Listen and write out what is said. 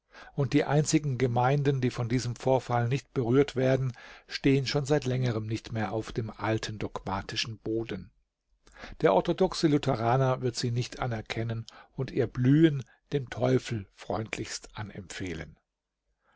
und die einzigen gemeinden die von diesem verfall nicht berührt werden stehen schon seit längerem nicht mehr auf dem alten dogmatischen boden der orthodoxe lutheraner wird sie nicht anerkennen und ihr blühen dem teufel freundlichst anempfehlen